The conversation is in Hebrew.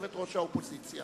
יושבת-ראש האופוזיציה.